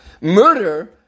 murder